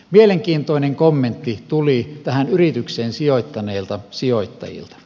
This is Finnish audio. mielenkiintoinen kommentti tuli tähän yritykseen sijoittaneilta sijoittajilta